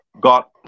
got